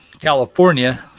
california